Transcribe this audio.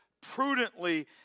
prudently